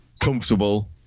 Comfortable